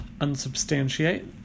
Unsubstantiate